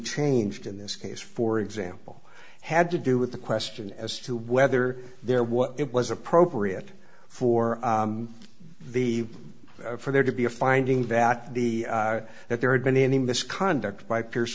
changed in this case for example had to do with the question as to whether there what it was appropriate for the for there to be a finding that the that there had been any misconduct by pier